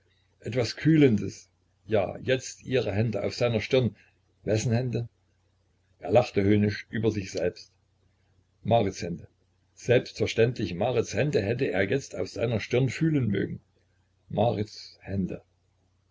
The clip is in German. etwas kühlendes ja jetzt ihre hände auf seiner stirn wessen hände er lachte höhnisch über sich selbst marits hände selbstverständlich marits hände hätte er jetzt auf seiner stirn fühlen mögen marits hände